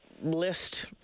list